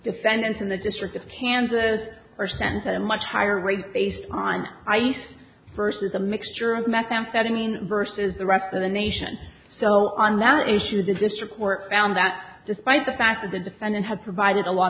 defendants in the district of kansas are sentence at a much higher rate based on ice versus a mixture of methamphetamine versus the rest of the nation so on that issue the district court found that despite the fact that the defendant had provided a lot